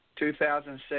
2006